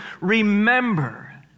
remember